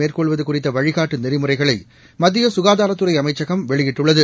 மேற்கொள்வது குறித்த வழிகாட்டு நெறிமுறைகளை மத்திய சுகாதாரத்துறை அமைச்சகம் வெளியிட்டுள்ளது